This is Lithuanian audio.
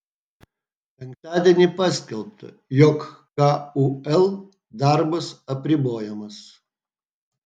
penktadienį paskelbta jog kul darbas apribojamas